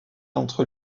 entre